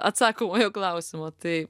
atsakomojo klausimo tai